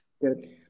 good